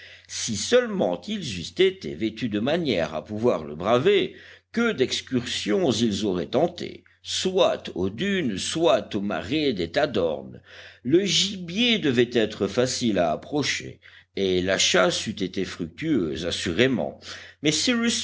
si seulement ils eussent été vêtus de manière à pouvoir le braver que d'excursions ils auraient tentées soit aux dunes soit au marais des tadornes le gibier devait être facile à approcher et la chasse eût été fructueuse assurément mais